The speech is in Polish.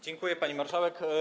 Dziękuję, pani marszałek.